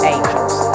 Angels